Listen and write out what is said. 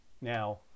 now